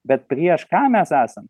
bet prieš ką mes esam